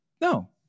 no